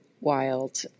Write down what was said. wild